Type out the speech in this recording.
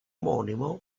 omonimo